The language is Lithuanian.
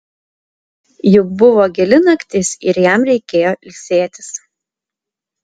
juk buvo gili naktis ir jam reikėjo ilsėtis